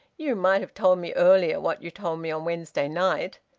you might have told me earlier what you told me on wednesday night.